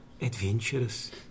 adventurous